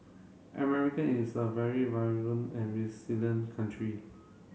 American is a very vibrant and resilient country